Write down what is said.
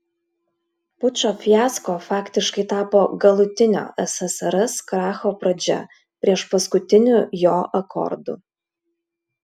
pučo fiasko faktiškai tapo galutinio ssrs kracho pradžia priešpaskutiniu jo akordu